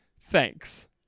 thanks